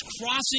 crossing